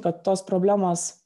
kad tos problemos